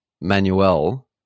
Manuel